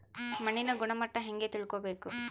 ಮಣ್ಣಿನ ಗುಣಮಟ್ಟ ಹೆಂಗೆ ತಿಳ್ಕೊಬೇಕು?